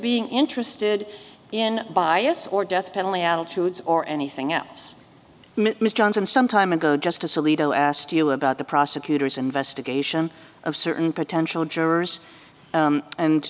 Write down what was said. being interested in bias or death penalty attitudes or anything else ms johnson some time ago justice alito asked you about the prosecutor's investigation of certain potential jurors